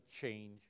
change